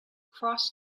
cross